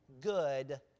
good